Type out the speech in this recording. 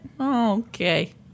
okay